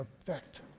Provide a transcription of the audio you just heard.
effect